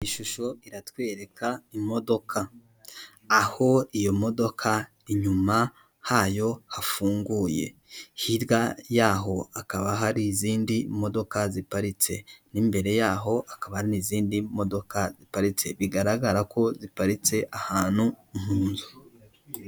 Ishusho iratwereka imodoka, aho iyo modoka inyuma hayo hafunguye, hirya yaho hakaba hari izindi modoka ziparitse, n'imbere yaho hakaba n'izindi modoka ziparitse bigaragara ko ziparitse ahantu mu nzu.